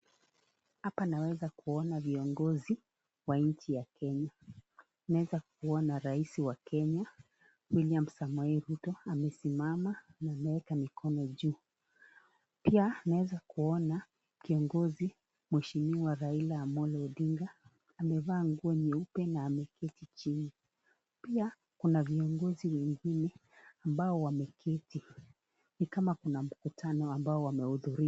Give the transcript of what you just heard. Hapa naweza kuona viongozi wa nchi ya Kenya. Naweza kuona rais wa Kenya, William Samoei Ruto, amesimama na ameweka mikono juu. Pia naweza kuona kiongozi, mheshimiwa Raila Amollo Odinga, amevaa nguo nyeupe na ameketi chini. Pia kuna viongozi wengine ambao wameketi, nikama kuna mkutano ambao wamehudhuria.